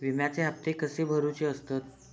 विम्याचे हप्ते कसे भरुचे असतत?